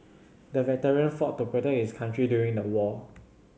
the veteran fought to protect his country during the war